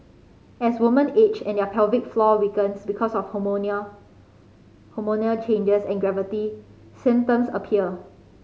as women age and their pelvic floor weakens because of changes and gravity symptoms appear